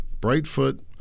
Brightfoot